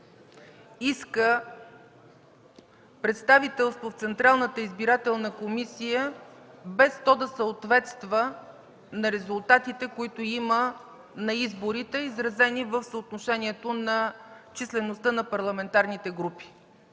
иска представителство в Централната избирателна комисия, без то да съответства на резултатите, които има на изборите, изразени в съотношението на числеността на парламентарните групи.